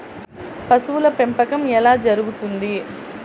పశువుల పెంపకం ఎలా జరుగుతుంది?